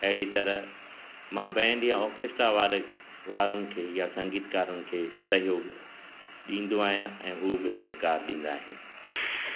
अहिड़ी तरह मां बैंड या ऑकेस्ट्रा वारे वारनि खे या संगीतकारनि खे सहयोग ॾींदो आहियां ऐं हू बि सहिकारु ॾींदा आहिनि